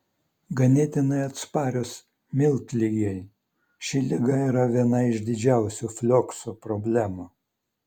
ganėtinai atsparios miltligei ši liga yra viena iš didžiausių flioksų problemų